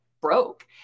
broke